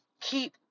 Keep